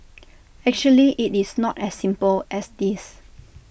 actually IT is not as simple as this